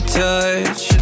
touch